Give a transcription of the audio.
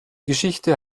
geschichte